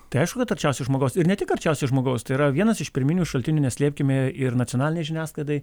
tai aišku kad arčiausiai žmogaus ir ne tik arčiausiai žmogaus tai yra vienas iš pirminių šaltinių neslėpkime ir nacionalinei žiniasklaidai